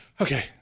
Okay